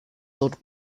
sold